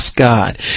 God